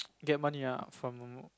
get money ah from